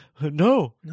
No